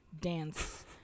dance